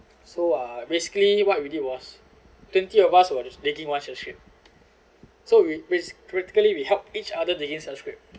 so uh basically what we did was twenty of us was just digging one shell scrape so we basic practically we help each other digging shell scrape